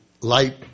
light